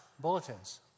bulletins